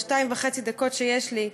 בשתיים וחצי הדקות שיש לי.